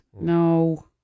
No